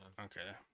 Okay